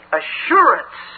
assurance